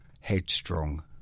headstrong